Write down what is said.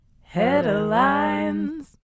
Headlines